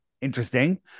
Interesting